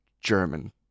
German